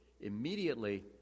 immediately